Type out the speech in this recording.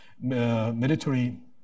Military